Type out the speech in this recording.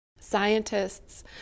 Scientists